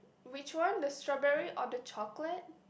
which one the strawberry or the chocolate